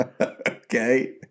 Okay